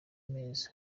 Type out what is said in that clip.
meza